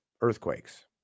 earthquakes